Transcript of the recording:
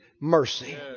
mercy